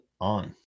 on